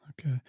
Okay